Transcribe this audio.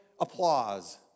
applause